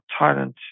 Thailand